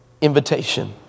invitation